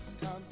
Time